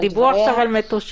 אבל דיברו עכשיו על מטושים.